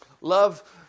love